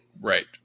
Right